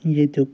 ییٚتیُک